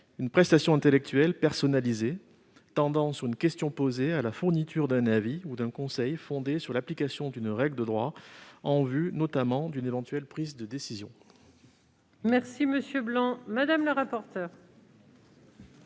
une prestation intellectuelle personnalisée tendant, sur une question posée, à la fourniture d'un avis ou d'un conseil fondé sur l'application d'une règle de droit, en vue, notamment, d'une éventuelle prise de décision. Quel est l'avis de la commission